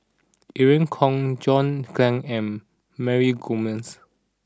Irene Khong John Clang and Mary Gomes